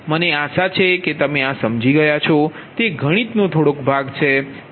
મને આશા છે કે તમે આ સમજી ગયા છો તે ગણિતનો થોડોક ભાગ છે